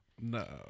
No